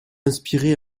inspiré